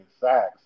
sacks